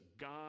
God